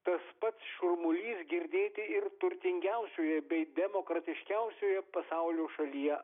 tas pats šurmulys girdėti ir turtingiausioje bei demokratiškiausioje pasaulio šalyje